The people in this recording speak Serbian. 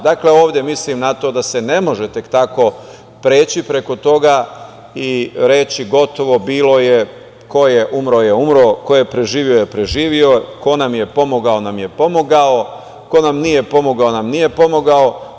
Dakle, ovde mislim na to da se ne može tek tako preći preko toga i reći – gotovo, bilo je, ko je umro je umro, ko je preživeo je preživeo, ko nam je pomogao nam je pomogao, ko nam nije pomogao nam nije pomogao.